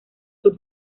sur